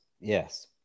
yes